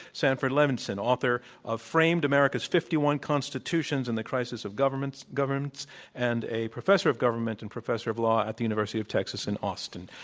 sanford levinson, author of framed america's fifty one constitutions and the crisis of governance and a professor of government and professor of law at the university of texas in austin.